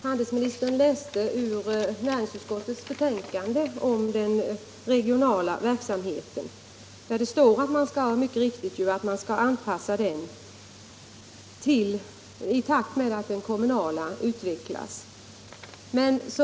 Handelsministern läste ur näringsutskottets betänkande upp ett citat om den regionala verksamheten, där det mycket riktigt står att man skall anpassa den till den takt med vilken den kommunala konsumentpolitiska verksamheten utvecklas.